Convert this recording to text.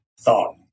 thought